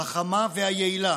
החכמה והיעילה?